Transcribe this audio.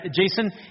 jason